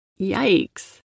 Yikes